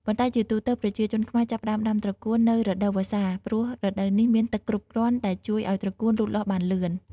ប៉ុន្តែជាទូទៅ ប្រជាជនខ្មែរចាប់ផ្ដើមដាំត្រកួននៅ រដូវវស្សា ព្រោះរដូវនេះមានទឹកគ្រប់គ្រាន់ដែលជួយឲ្យត្រកួនលូតលាស់បានលឿន។